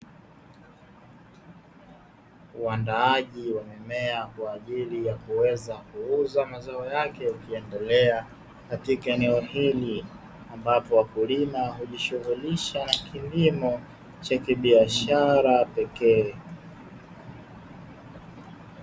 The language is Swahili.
Uandaaji wa mimea kwa ajili ya kuweza kuuza mazao yake ukiendelea katika eneo hili. Ambapo wakulima hujishughulisha kilimo cha kibiashara pekee.